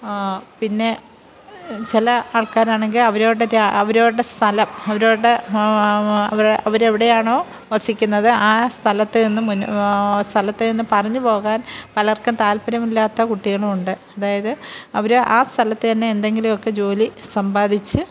പിന്നെ ചില ആള്ക്കാർ ആണെങ്കിൽ അവരോട് അവർ അവരുടെ സ്ഥലം അവർ അവരുടെ അവർ എവിടെയാണോ വസിക്കുന്നത് ആ സ്ഥലത്ത് നിന്നും മുന്നോട്ട് സ്ഥലത്തു നിത്ത് പറിഞ്ഞു പോകാന് പലര്ക്കും താല്പ്പര്യമില്ലാത്ത കുട്ടികളുമുണ്ട് അതായത് അവർ ആ സ്ഥലത്ത് തന്നെ എന്തെങ്കിലുമൊക്കെ ജോലി സമ്പാദിച്ചു